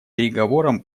переговорам